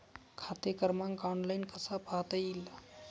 खाते क्रमांक ऑनलाइन कसा पाहता येईल?